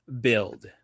build